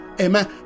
amen